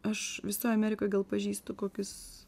aš visoj amerikoje gal pažįstu kokius